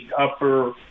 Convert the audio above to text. upper –